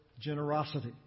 generosity